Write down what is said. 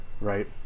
Right